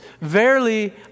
Verily